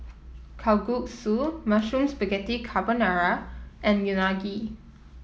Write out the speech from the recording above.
Kalguksu Mushroom Spaghetti Carbonara and Unagi